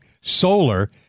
solar